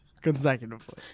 consecutively